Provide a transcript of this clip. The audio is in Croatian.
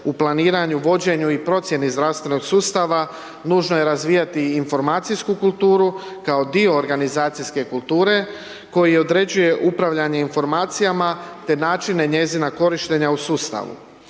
u planiranju, vođenju i procjeni zdravstvenog sustava nužno je razvijati i informacijsku kulturu kao dio organizacijske kulture koji određuje upravljanje informacijama te načine njezina korištenja u sustavu.